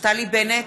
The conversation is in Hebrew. נפתלי בנט,